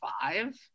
five